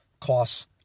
costs